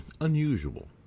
unusual